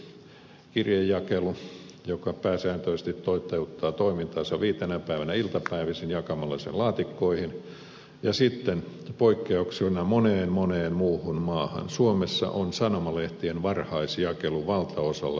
niin sanottu postin kirjejakelu joka pääsääntöisesti toteuttaa toimintaansa viitenä päivänä iltapäivisin jakamalla se laatikkoihin ja sitten poikkeuksena moneen moneen muuhun maahan suomessa on sanomalehtien varhaisjakelu valtaosassa suomenmaata